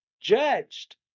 judged